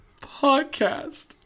podcast